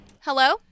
Hello